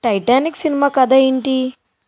Titanic cinema కథ ఏంటి